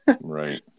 right